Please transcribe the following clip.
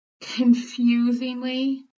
confusingly